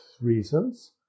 reasons